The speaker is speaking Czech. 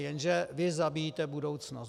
Jenže vy zabíjíte budoucnost.